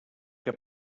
que